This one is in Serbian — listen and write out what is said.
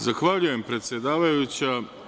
Zahvaljujem, predsedavajuća.